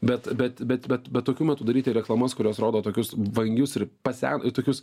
bet bet bet bet bet tokiu metu daryti reklamas kurios rodo tokius vangius ir pase tokius